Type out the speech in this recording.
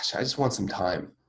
just want some time.